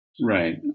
Right